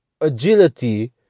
agility